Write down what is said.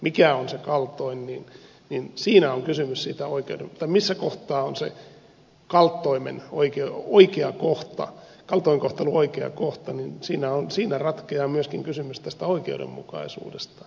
mikä on se kaltoin niin siinä on kysymys siitä oikeudenmukaisuudesta tai missä kohtaa on se kaltoin kohtelun oikea kohta siinä ratkeaa myöskin kysymys tästä oikeudenmukaisuudesta